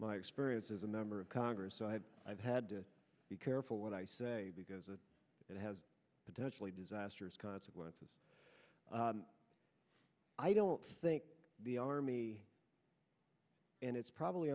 my experience of a number of congress i've i've had to be careful what i say because it has potentially disastrous consequences i don't think the army and it's probably